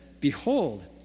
Behold